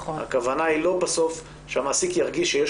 הכוונה היא לא בסוף שהמעסיק ירגיש שיש